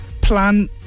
plan